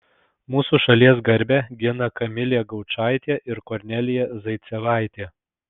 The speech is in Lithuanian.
mūsų šalies garbę gina kamilė gaučaitė ir kornelija zaicevaitė